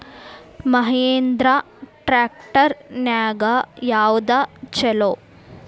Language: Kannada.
ಮಹೇಂದ್ರಾ ಟ್ರ್ಯಾಕ್ಟರ್ ನ್ಯಾಗ ಯಾವ್ದ ಛಲೋ?